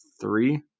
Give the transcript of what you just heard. three